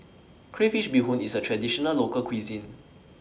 Crayfish Beehoon IS A Traditional Local Cuisine